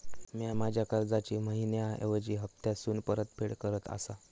म्या माझ्या कर्जाची मैहिना ऐवजी हप्तासून परतफेड करत आसा